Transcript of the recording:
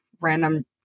random